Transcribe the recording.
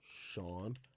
Sean